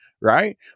right